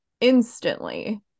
instantly